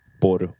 por